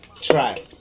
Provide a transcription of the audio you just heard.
Try